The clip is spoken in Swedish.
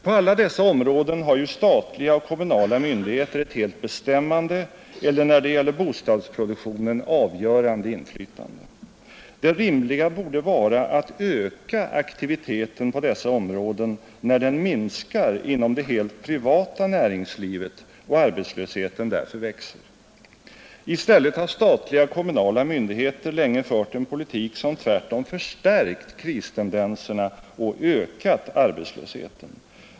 På alla dessa områden har ju statliga och kommunala myndigheter ett helt bestämmande eller när det gäller bostadsproduktionen avgörande inflytande, Det rimliga borde vara att öka aktiviteten på dessa områden när den minskar inom det helt privata näringslivet och arbetslösheten därför växer, I stället har statliga och kommunala myndigheter länge fört en politik som tvärtom förstärkt kristendenserna och ökat arbetslösheten.